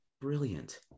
brilliant